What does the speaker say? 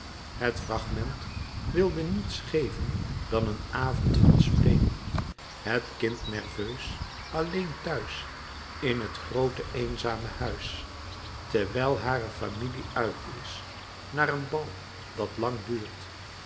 het fragment wilde niets geven dan een avond van spleen het kind nerveus alleen thuis in het groote eenzame huis terwijl hare familie uit is naar een bal dat lang duurt